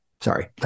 sorry